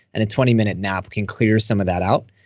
and a twenty minute nap can clear some of that out.